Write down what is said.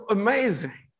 amazing